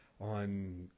on